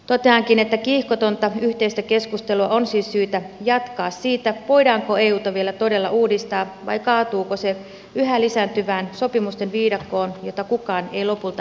toteankin että kiihkotonta yhteistä keskustelua on siis syytä jatkaa siitä voidaanko euta vielä todella uudistaa vai kaatuuko se yhä lisääntyvään sopimusten viidakkoon jota kukaan ei lopulta